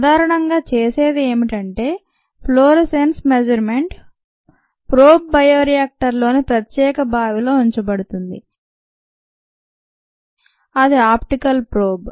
సాధారణంగా చేసేది ఏమిటంటే ఫ్లోరోసెన్స్ మెజర్మెంట్ ప్రోబ్ బయోరియాక్టర్లోని ప్రత్యేక బావిలో ఉంచబడుతుంది ఇది ఆప్టికల్ ప్రోబ్